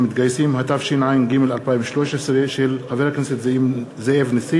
מאת חבר הכנסת אחמד טיבי,